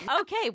okay